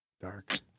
dark